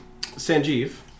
Sanjeev